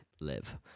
live